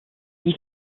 die